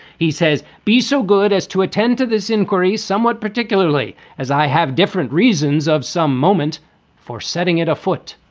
he says be so good as to attend to this inquiry somewhat, particularly as i have different reasons of some moment for setting it a foot.